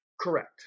correct